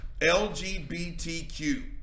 LGBTQ